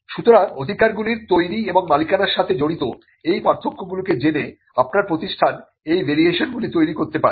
সুতরাং অধিকারগুলির তৈরি এবং মালিকানার সাথে জড়িত এই পার্থক্যগুলিকে জেনে আপনার প্রতিষ্ঠান এই ভেরিয়েশনগুলি তৈরি করতে পারে